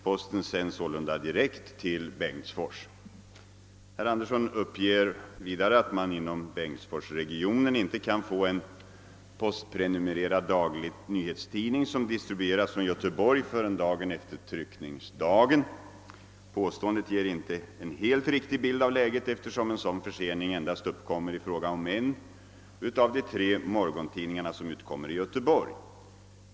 Posten sänds direkt till Bengtsfors. Herr Andersson har vidare uppgivit att man inom bengtsforsregionen inte kan få en postprenumererad daglig nyhetstidning som distribueras från Göteborg förrän dagen efter tryckningsdagen. Påståendet ger inte en helt riktig bild av läget, eftersom en sådan försening endast uppkommer i fråga om en av de tre morgontidningar som utkommer i Göteborg.